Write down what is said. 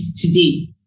today